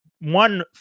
one